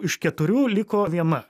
iš keturių liko viena